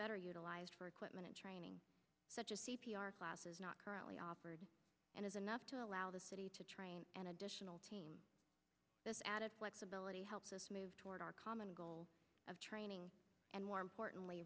better utilized for equipment and training such as c p r classes not currently offered and is enough to allow the city to train an additional team this added flexibility helps us move toward our common goal of training and more importantly